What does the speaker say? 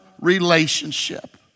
relationship